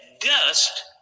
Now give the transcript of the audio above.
Dust